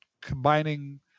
combining